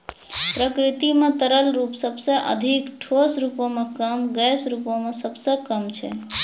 प्रकृति म तरल रूप सबसें अधिक, ठोस रूपो म कम, गैस रूपो म सबसे कम छै